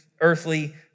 earthly